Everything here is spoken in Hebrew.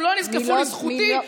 הם לא נזקפים לזכותי.